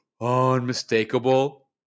unmistakable